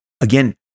again